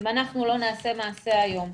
אם אנחנו לא נעשה מעשה היום,